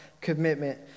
commitment